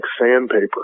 sandpaper